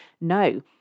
no